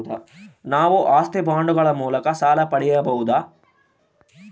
ನಾವು ಆಸ್ತಿ ಬಾಂಡುಗಳ ಮೂಲಕ ಸಾಲ ಪಡೆಯಬಹುದಾ?